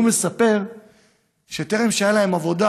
הוא מספר שכשטרם הייתה להן עבודה,